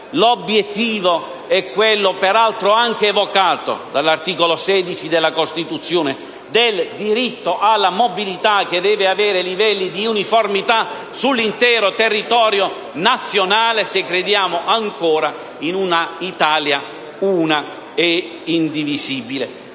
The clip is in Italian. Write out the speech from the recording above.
l'obiettivo è quello, peraltro anche evocato dall'articolo 16 della Costituzione, del diritto alla mobilità che deve avere livelli di uniformità sull'intero territorio nazionale, se crediamo ancora in un'Italia una e indivisibile,